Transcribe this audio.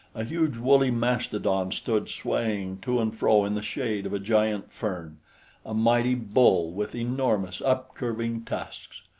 a huge woolly mastodon stood swaying to and fro in the shade of a giant fern a mighty bull with enormous upcurving tusks.